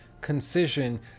concision